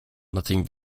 nothing